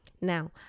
now